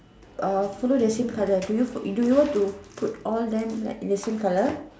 uh follow the same colour do you do you want to put all them like in the same colour